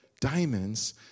diamonds